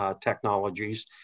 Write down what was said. technologies